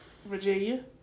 Virginia